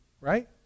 right